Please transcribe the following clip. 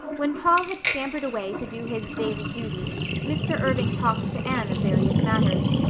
when paul had scampered away to do his daily duty mr. irving talked to anne of various matters.